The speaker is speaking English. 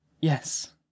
yes